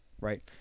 right